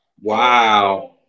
wow